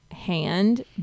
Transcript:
Hand